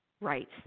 Right